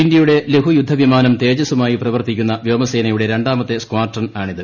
ഇന്ത്യയുടെ ലഘുയുദ്ധവിമാനം തേജസുമായി പ്രവർത്തിക്കുന്ന വ്യോമസേനയുടെ രണ്ടാമത്തെ സ്ക്വാഡ്രൺ ആണിത്